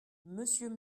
monsieur